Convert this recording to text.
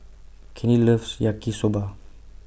Candy loves Yaki Soba